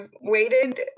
waited